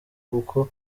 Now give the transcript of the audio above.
kuko